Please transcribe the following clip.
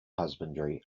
husbandry